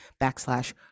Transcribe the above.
backslash